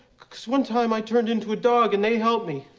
cause one time i turned into a dog and they helped me.